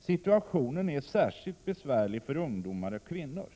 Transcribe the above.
Situationen är särskilt besvärlig för ungdomar och kvinnor.